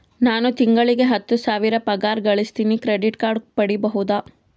ನಾನು ತಿಂಗಳಿಗೆ ಹತ್ತು ಸಾವಿರ ಪಗಾರ ಗಳಸತಿನಿ ಕ್ರೆಡಿಟ್ ಕಾರ್ಡ್ ಪಡಿಬಹುದಾ?